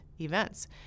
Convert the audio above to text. events